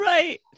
Right